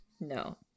No